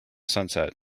sunset